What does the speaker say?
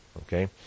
Okay